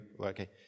okay